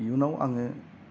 इउनाव आङो बादायलायगोन